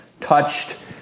touched